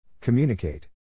Communicate